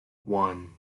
one